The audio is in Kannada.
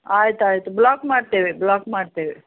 ಆಯ್ತು ಆಯಿತು ಬ್ಲಾಕ್ ಮಾಡ್ತೇವೆ ಬ್ಲಾಕ್ ಮಾಡ್ತೇವೆ